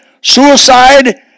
Suicide